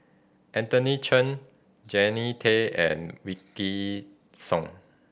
Anthony Chen Jannie Tay and Wykidd Song